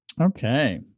Okay